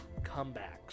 Comebacks